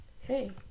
hey